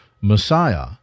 Messiah